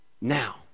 Now